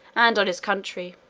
and on his country.